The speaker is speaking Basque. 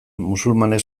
musulmanek